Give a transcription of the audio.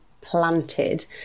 planted